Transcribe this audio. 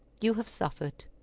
you have suffered!